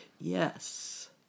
Yes